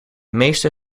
meeste